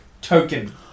Token